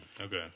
Okay